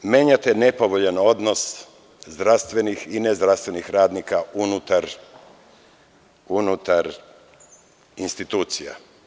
Menjate nepovoljan odnos zdravstvenih i nezdravstvenih radnika unutar institucija.